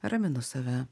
raminu save